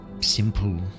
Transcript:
simple